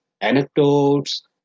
anecdotes